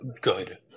good